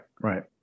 Right